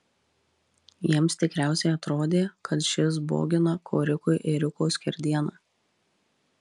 jiems tikriausiai atrodė kad šis bogina korikui ėriuko skerdieną